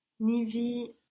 Nivi